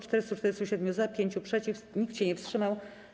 447 - za, 5 - przeciw, nikt się nie wstrzymał.